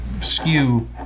skew